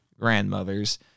grandmother's